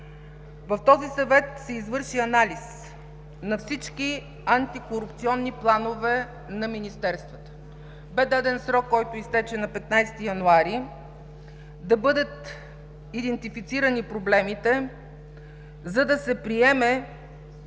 В този Съвет се извърши анализ на всички антикорупционни планове на министерствата. Бе даден срок, който изтече на 15 януари 2018 г., да бъдат идентифицирани проблемите, за да се приеме